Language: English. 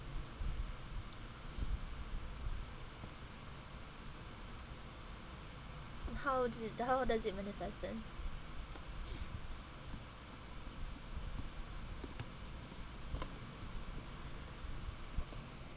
and how do it then how does it manifest then